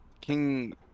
King